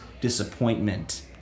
disappointment